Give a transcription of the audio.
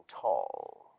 tall